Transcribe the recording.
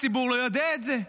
הציבור לא יודע את זה.